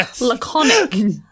Laconic